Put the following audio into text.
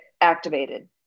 activated